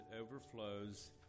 overflows